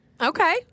Okay